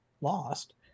lost